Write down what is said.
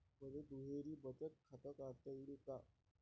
मले दुहेरी बचत खातं काढता येईन का?